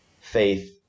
Faith